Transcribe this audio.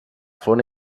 font